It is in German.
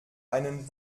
einen